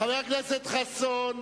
חבר הכנסת חסון.